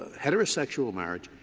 heterosexual marriage,